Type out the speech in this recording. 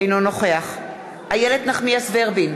אינו נוכח איילת נחמיאס ורבין,